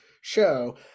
show